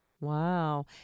Wow